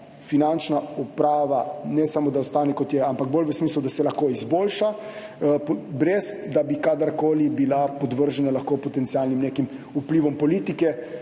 Finančna uprava ne samo, da ostane, kot je, ampak bolj v smislu, da se lahko izboljša, brez da bi bila kadarkoli podvržena potencialnim vplivom politike,